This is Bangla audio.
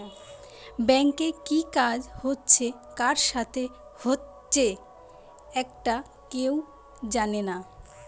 ব্যাংকে কি কাজ হচ্ছে কার সাথে হচ্চে একটা কেউ জানে না